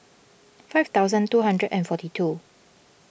five thousand two hundred and forty two